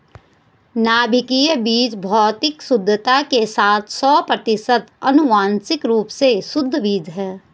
नाभिकीय बीज भौतिक शुद्धता के साथ सौ प्रतिशत आनुवंशिक रूप से शुद्ध बीज है